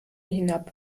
hinab